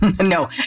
No